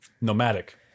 nomadic